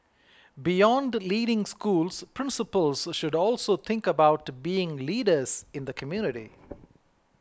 beyond leading schools principals should also think about being leaders in the community